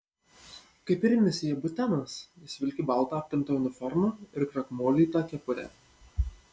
kaip ir misjė butenas jis vilki baltą aptemptą uniformą ir krakmolytą kepurę